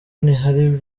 ntihari